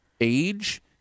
age